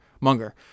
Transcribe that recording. Munger